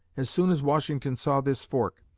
as soon as washington saw this fork,